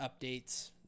updates